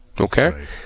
okay